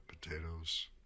potatoes